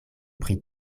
pri